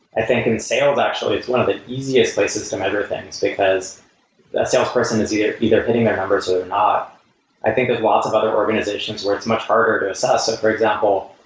i think in sales actually, it's one of the easiest places to measure things, because that salesperson is either either pitting their numbers or not i think, there's lots of other organizations where it's much harder to assess. for example,